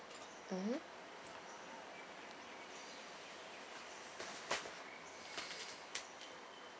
mmhmm